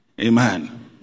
amen